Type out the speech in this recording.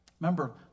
Remember